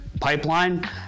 pipeline